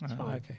Okay